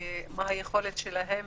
מה היכולת שלהם